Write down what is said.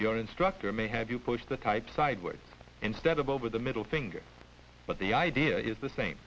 your instructor may have you pushed the type sideways instead of over the middle finger but the idea is the same